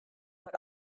but